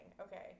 Okay